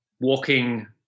walking